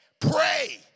Pray